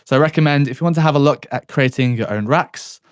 so recommend if you want to have a look at creating your own racks,